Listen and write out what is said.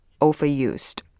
overused